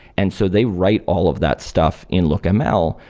and so they write all of that stuff in lookml,